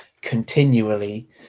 continually